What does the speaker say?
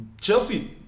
Chelsea